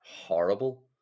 horrible